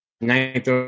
ninth